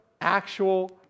actual